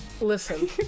listen